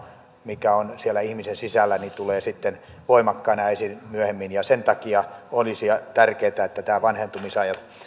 mikä on siellä ihmisen sisällä tulee sitten voimakkaana esiin myöhemmin ja sen takia olisi tärkeätä että näitä vanhentumisaikoja